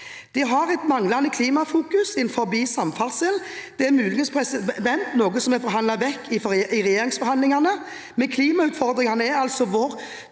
De har et manglende klimafokus innenfor samferdsel. Det er muligens noe som er forhandlet vekk i regjeringsforhandlingene. Men klimautfordringene er altså vår